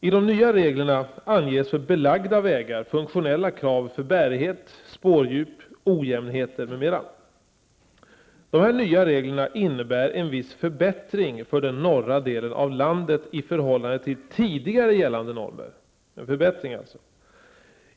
I de nya reglerna anges för belagda vägar funktionella krav för bärighet, spårdjup, ojämnheter m.m. Dessa nya regler innebär en viss förbättring för den norra delen av landet i förhållande till tidigare gällande normer.